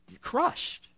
Crushed